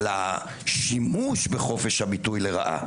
על השימוש בחופש הביטוי לרעה.